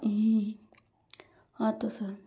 हाँ तो सर